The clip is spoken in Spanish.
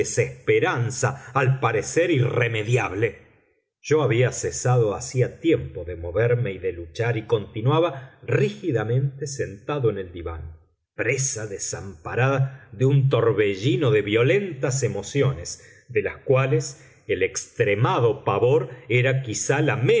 desesperanza al parecer irremediable yo había cesado hacía tiempo de moverme y de luchar y continuaba rígidamente sentado en el diván presa desamparada de un torbellino de violentas emociones de las cuales el extremado pavor era quizá la